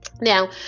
Now